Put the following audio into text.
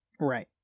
Right